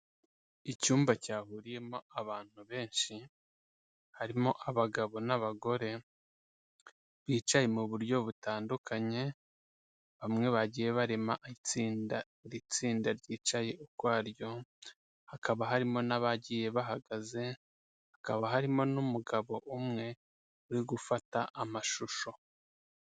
Icyumba cyahuriyemo abantu benshi, harimo abagabo n'abagore, bicaye mu buryo butandukanye, bamwe bagiye barema itsinda buri tsinda ryicaye ukwaryo, hakaba harimo n'abagiye bahagaze, hakaba harimo n'umugabo umwe uri gufata amashusho.